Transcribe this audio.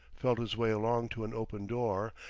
felt his way along to an open door,